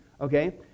okay